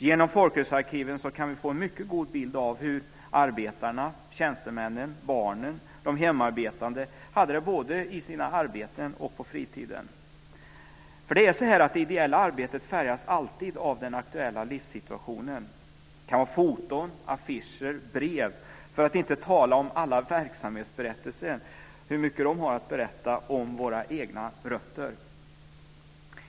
Genom folkrörelsearkiven kan vi få en mycket god bild av hur arbetarna, tjänstemännen, barnen och de hemarbetande hade det både i sina arbeten och på fritiden. Det ideella arbetet färgas ju alltid av den aktuella livssituationen. Foton, affischer, brev, för att inte tala om alla verksamhetsberättelser har mycket att berätta om våra egna rötter.